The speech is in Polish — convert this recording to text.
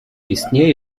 istnieje